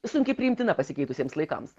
sunkiai priimtina pasikeitusiems laikams